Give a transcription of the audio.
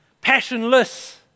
Passionless